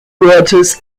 waters